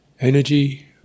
energy